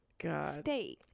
state